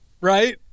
right